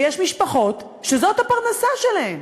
ויש משפחות שזאת הפרנסה שלהן.